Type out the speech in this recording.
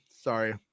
Sorry